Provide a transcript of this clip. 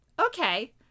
okay